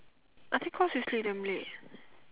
I said cross the street damn late